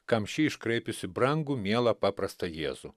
kam ši iškraipiusi brangų mielą paprastą jėzų